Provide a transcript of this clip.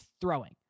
throwing